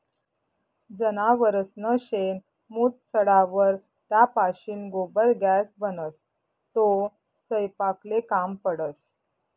जनावरसनं शेण, मूत सडावर त्यापाशीन गोबर गॅस बनस, तो सयपाकले काम पडस